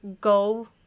go